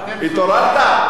התעוררת?